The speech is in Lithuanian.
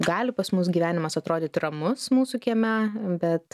gali pas mus gyvenimas atrodyti ramus mūsų kieme bet